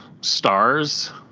Stars